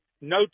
no